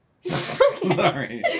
Sorry